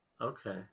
okay